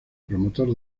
promotor